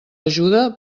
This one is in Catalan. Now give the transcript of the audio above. ajuda